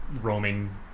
roaming